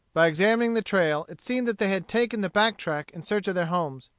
by examining the trail it seemed that they had taken the back-track in search of their homes.